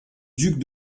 duc